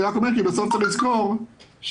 לזכור,